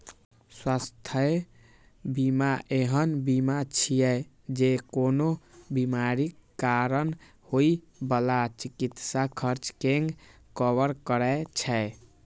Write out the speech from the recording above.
स्वास्थ्य बीमा एहन बीमा छियै, जे कोनो बीमारीक कारण होइ बला चिकित्सा खर्च कें कवर करै छै